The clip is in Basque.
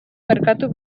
merkatu